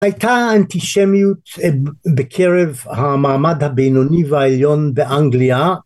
הייתה אנטישמיות בקרב המעמד הבינוני והעליון באנגליה